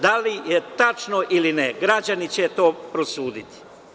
Da li je tačno ili ne, građani će to prosuditi.